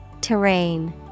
Terrain